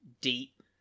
deep